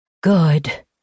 Good